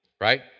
right